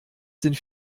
sind